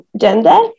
gender